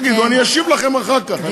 תגידו, אשיב לכם אחר כך.